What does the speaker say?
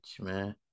man